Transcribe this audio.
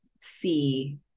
see